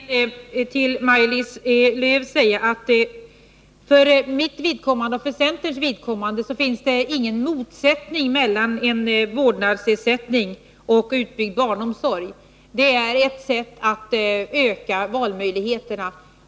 Herr talman! Jag vill till Maj-Lis Lööw säga att för mitt och centerns vidkommande finns det ingen motsättning mellan en vårdnadsersättning och en utbyggd barnomsorg. Det är ett sätt att öka valmöjligheterna.